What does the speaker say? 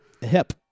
hip